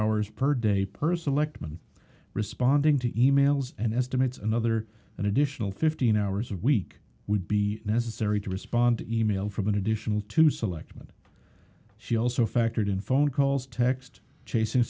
hours per day per selectman responding to emails and estimates another an additional fifteen hours a week would be necessary to respond to email from an additional two selectman she also factored in phone calls text chasing